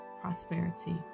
prosperity